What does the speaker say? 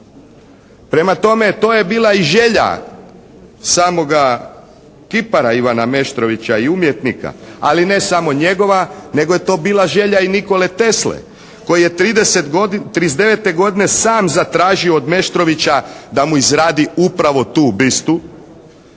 Prema tome to je bila i želja samoga kipara Ivana Meštrovića i umjetnika, ali ne samo njegova nego je to bila želja i Nikole Tesle koji je 39. godine sam zatražio od Meštrovića da mu izradi upravo tu bistu